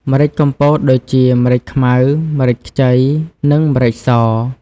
ម្រេចកំពតដូចជា ម្រេចខ្មៅ ម្រេចខ្ចី និងម្រេចស។